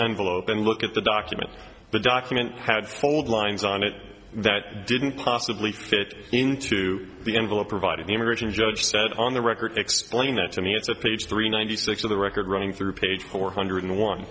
envelope and look at the document the document had fold lines on it that didn't possibly fit into the envelope provided the immigration judge said on the record explaining that to me it's at page three ninety six of the record running through page four hundred